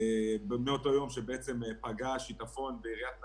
מאותו יום שבו פגע השיטפון בעיריית נהריה,